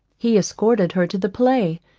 he escorted her to the play,